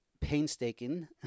painstaking